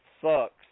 Sucks